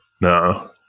No